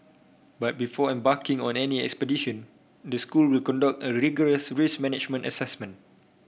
but before embarking on any expedition the school will conduct a rigorous risk management assessment